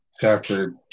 chapter